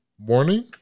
morning